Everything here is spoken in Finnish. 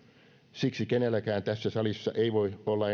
siksi kenelläkään tässä salissa ei voi olla